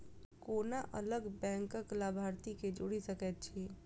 कोना अलग बैंकक लाभार्थी केँ जोड़ी सकैत छी?